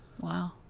Wow